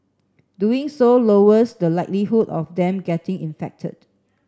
doing so lowers the likelihood of them getting infected